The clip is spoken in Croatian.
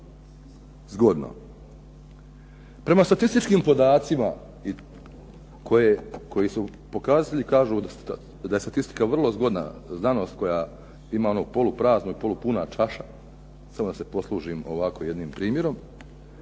Zgodno. Prema statističkim podacima koji su pokazatelji kažu da je statistika vrlo zgodna znanost koja ima onu poluprazna i polupuna čaša, samo da se poslužim ovako jednim primjerom,